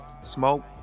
smoke